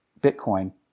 Bitcoin